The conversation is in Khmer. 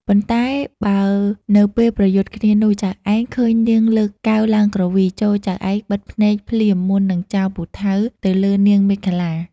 ប៉ុន្តែបើនៅពេលប្រយុទ្ធគ្នានោះ ចៅឯងឃើញនាងលើកកែវឡើងគ្រវី ចូរចៅឯងបិទភ្នែកភ្លាមមុននឹងចោលពូថៅទៅលើនាងមេខលា។